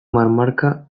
marmarka